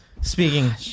Speaking